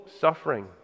suffering